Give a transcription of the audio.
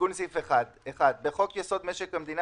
תיקון סעיף 1 1. בחוק-יסוד: משק המדינה